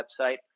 website